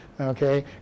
okay